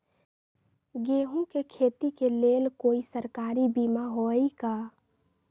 गेंहू के खेती के लेल कोइ सरकारी बीमा होईअ का?